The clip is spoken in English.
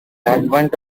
advent